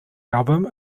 album